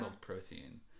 protein